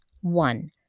One